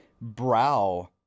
brow